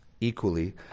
Equally